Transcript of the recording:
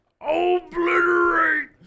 obliterate